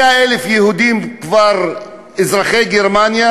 100,000 יהודים כבר אזרחי גרמניה,